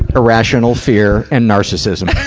irrational fear and narcissism.